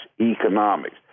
economics